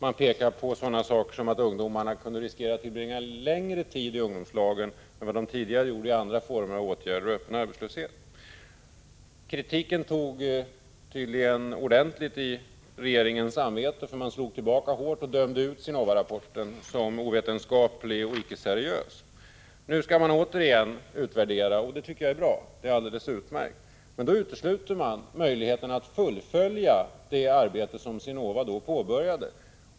Det pekades också på sådana saker som att ungdomarna kunde riskera att bli tvungna att tillbringa längre tid i ungdomslagen än vad de tidigare gjorde vid andra former av åtgärder och öppen arbetslöshet. Kritiken berörde tydligen regeringens samvete ordentligt, eftersom regeringen slog tillbaka hårt och dömde ut SINOVA-rapporten som ovetenskaplig och icke seriös. Nu skall man återigen utvärdera, och det tycker jag är alldeles utmärkt. Men då utesluts möjligheten att fullfölja det arbete som SINOVA påbörjade.